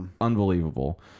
unbelievable